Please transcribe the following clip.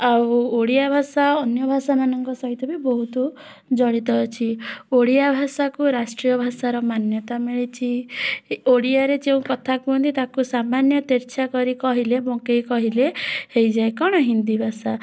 ଆଉ ଓଡ଼ିଆ ଭାଷା ଅନ୍ୟ ଭାଷାମାନଙ୍କ ସହିତ ବହୁତ ଜଡ଼ିତ ଅଛି ଓଡ଼ିଆ ଭାଷକୁ ରାଷ୍ଟ୍ରୀୟ ଭାଷାର ମାନ୍ୟତା ମିଳିଛି ଓଡ଼ିଆରେ ଯେଉଁ କଥା କୁହନ୍ତି ତାକୁ ତେର୍ଛା କରି କହିଲେ ବଙ୍କେଇ କହିଲେ ହେଇଯାଏ କ'ଣ ହିନ୍ଦୀ ଭାଷା